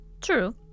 True